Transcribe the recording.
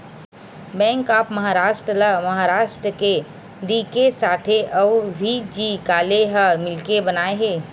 bank of Maharashtra ल महारास्ट के D K Sathe अउ व्ही.जी काले ह मिलके बनाए हे